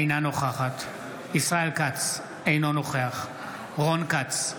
אינה נוכחת ישראל כץ, אינו נוכח רון כץ,